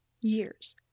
years